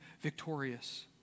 victorious